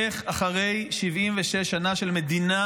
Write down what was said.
איך אחרי 76 שנה של מדינה,